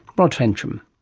rod fensham